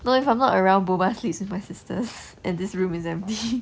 no if I'm not around boba sleeps with my sisters and this room is empty